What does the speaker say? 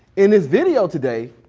in this video today,